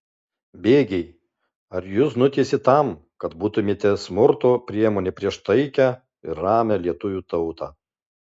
bėgiai ar jus nutiesė tam kad būtumėte smurto priemonė prieš taikią ir ramią lietuvių tautą